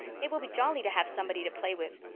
it will be jolly to have somebody to play with.